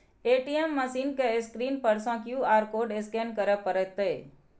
ATM machine के screen पर सं क्यू.आर कोड स्कैन करय पड़तै